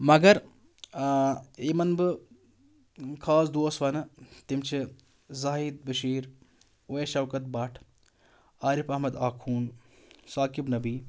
مگر آ یِمَن بہٕ خاص دوس وَنہٕ تِم چھِ زاہِد بشیٖر اُویس شوکت بٔٹ عارِف احمد آخوٗن ساقِب نبی